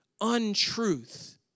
untruth